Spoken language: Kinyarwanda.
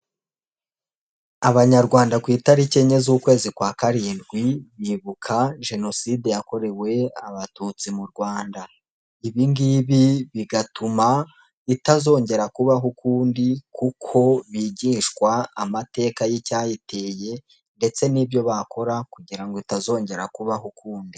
Abanyarwanda ku itariki enye z'ukwezi kwa karindwi, bibuka jenoside yakorewe abatutsi mu Rwanda. Ibi ngibi bigatuma itazongera kubaho ukundi kuko bigishwa amateka y'icyayiteye, ndetse n'ibyo bakora kugira ngo itazongera kubaho ukundi.